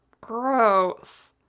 Gross